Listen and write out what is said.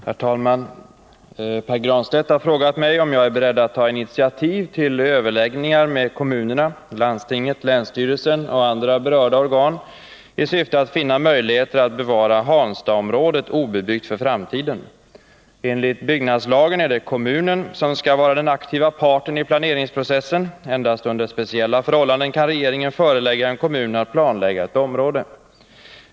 Herr talman! Pär Granstedt har frågat mig om jag är beredd att ta initiativ till överläggningar med kommunerna, landstinget, länsstyrelsen och andra berörda organ i syfte att finna möjligheter att bevara Hanstaområdet obebyggt för framtiden. Enligt byggnadslagen är det kommunen som skall vara den aktiva parten i planeringsprocessen. Endast under speciella förhållanden kan regeringen förelägga en kommun att planlägga ett område.